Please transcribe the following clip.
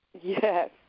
Yes